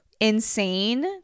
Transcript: insane